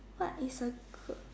what is a good